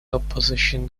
opposition